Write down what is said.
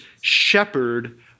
shepherd